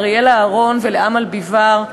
לאריאלה אהרון ולאמל ביבאר,